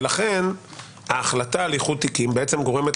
ולכן ההחלטה על איחוד תיקים בעצם גורמת